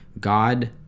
God